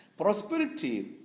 prosperity